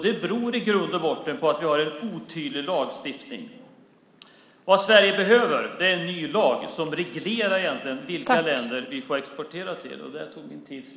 Det beror i grund och botten på att vi har en otydlig lagstiftning. Vad Sverige behöver är en ny lag som reglerar vilka länder vi får exportera till.